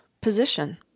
position